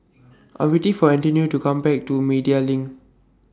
I Am waiting For Antonio to Come Back to Media LINK